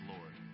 Lord